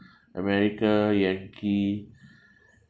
america yankee